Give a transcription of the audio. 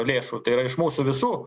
lėšų tai yra iš mūsų visų